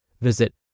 Visit